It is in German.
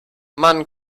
man